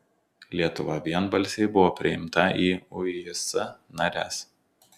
lietuva vienbalsiai buvo priimta į uis nares